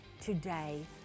today